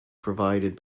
provided